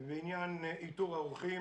בעניין איתור האורחים.